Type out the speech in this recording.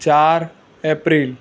ચાર એપ્રિલ